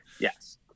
Yes